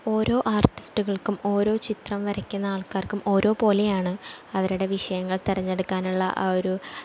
ഓരോ ആർട്ടിസ്റ്റുകൾക്കും ഓരോ ചിത്രം വരയ്ക്കുന്ന ആൾക്കാർക്കും ഓരോ പോലെയാണ് അവരുടെ വിഷയങ്ങൾ തെരഞ്ഞെടുക്കാനുള്ള ആ ഒരു